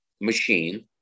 machine